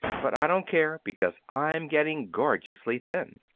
but i don't care, because i'm getting gorgeously thin.